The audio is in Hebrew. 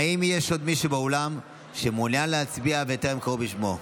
האם יש עוד מישהו באולם שמעוניין להצביע וטרם קראו בשמו?